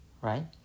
Right